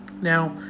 Now